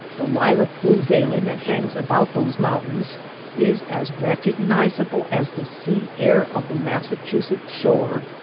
the lilac-blue veiling that hangs about those mountains is as recognizable as the sea air of the massachusetts shore.